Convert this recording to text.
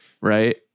right